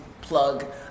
plug